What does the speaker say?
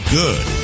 good